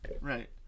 right